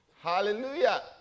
Hallelujah